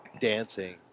dancing